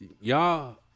Y'all